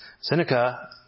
Seneca